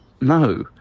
no